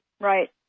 Right